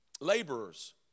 Laborers